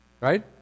Right